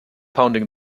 pounding